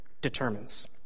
determines